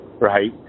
right